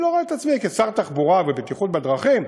אני לא רואה את עצמי, כשר תחבורה ובטיחות בדרכים,